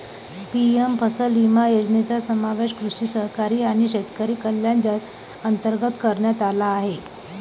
PM फसल विमा योजनेचा समावेश कृषी सहकारी आणि शेतकरी कल्याण अंतर्गत करण्यात आला आहे